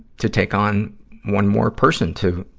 to take on one more person to,